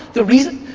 the reason,